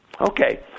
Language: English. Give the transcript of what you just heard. Okay